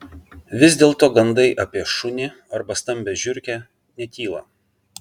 vis dėlto gandai apie šunį arba stambią žiurkę netyla